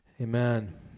Amen